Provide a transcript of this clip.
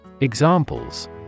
Examples